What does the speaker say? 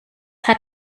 had